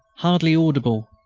hardly audible,